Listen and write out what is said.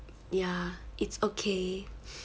ya it's okay